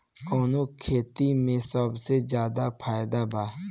कवने खेती में सबसे ज्यादा फायदा बा?